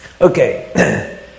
Okay